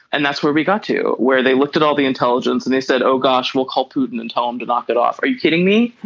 and that's where we got to where they looked at all the intelligence and they said oh gosh we'll call putin and tell him to knock it off. are you kidding me.